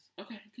Okay